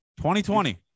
2020